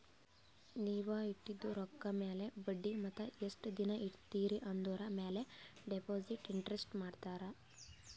ನೀವ್ ಇಟ್ಟಿದು ರೊಕ್ಕಾ ಮ್ಯಾಲ ಬಡ್ಡಿ ಮತ್ತ ಎಸ್ಟ್ ದಿನಾ ಇಡ್ತಿರಿ ಆಂದುರ್ ಮ್ಯಾಲ ಡೆಪೋಸಿಟ್ ಇಂಟ್ರೆಸ್ಟ್ ಮಾಡ್ತಾರ